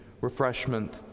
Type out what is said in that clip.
refreshment